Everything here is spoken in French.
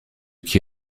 qui